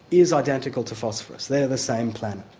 is identical to phosphorus, they're the same planet.